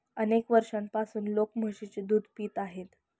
अनेक वर्षांपासून लोक म्हशीचे दूध पित आहेत